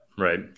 Right